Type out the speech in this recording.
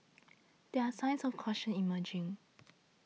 there are signs of caution emerging